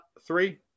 three